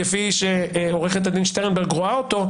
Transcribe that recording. כפי שעו"ד שטרנברג רואה אותה,